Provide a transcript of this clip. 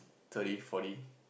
thirty forty